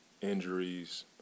injuries